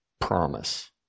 promise